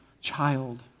child